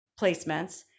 placements